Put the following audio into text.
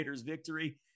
victory